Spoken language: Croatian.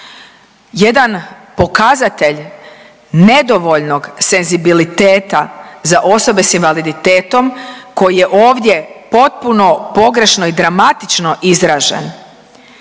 jedan pokazatelj nedovoljnog senzibiliteta za osobe s invaliditetom koje ovdje potpuno pogrešno i dramatično izražen.